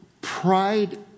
pride